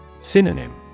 Synonym